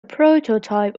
prototype